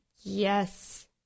Yes